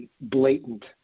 blatant